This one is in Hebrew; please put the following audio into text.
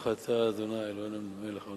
ברוך אתה ה' אלוהינו מלך העולם